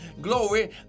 glory